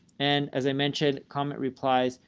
and as i mentioned, comment replies,